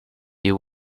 you